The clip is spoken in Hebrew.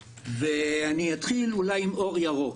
אני אתחיל אולי עם אור ירוק.